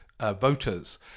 voters